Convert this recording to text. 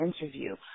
interview